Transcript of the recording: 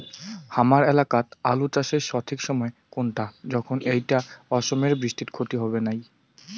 হামার এলাকাত আলু চাষের সঠিক সময় কুনটা যখন এইটা অসময়ের বৃষ্টিত ক্ষতি হবে নাই?